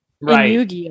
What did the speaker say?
right